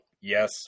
Yes